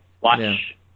watch